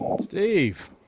Steve